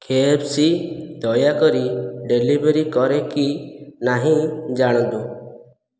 KFC ଦୟାକରି delivery କରେ କି ନାହିଁ ଜାଣନ୍ତୁ